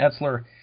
Etzler